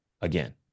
again